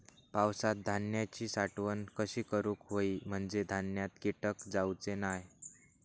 पावसात धान्यांची साठवण कशी करूक होई म्हंजे धान्यात कीटक जाउचे नाय?